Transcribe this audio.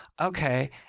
okay